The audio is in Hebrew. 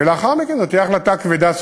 ולאחר מכן זו תהיה החלטה כבדה,